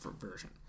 version